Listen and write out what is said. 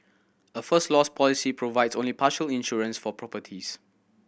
a First Loss policy provides only partial insurance for properties